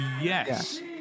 yes